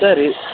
ಸರಿ